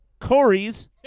Corey's